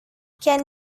can